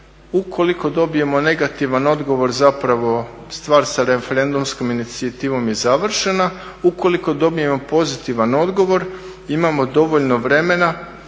ukoliko dobijemo negativan odgovor zapravo stvar sa referendumskom inicijativom je završena. Ukoliko dobijemo pozitivan odgovor imamo dovoljno vremena